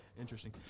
Interesting